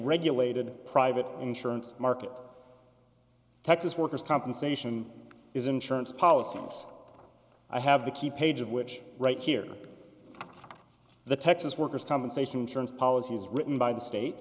regulated private insurance market texas worker's compensation is insurance policies i have the key page of which right here the texas worker's compensation insurance policy is written by the state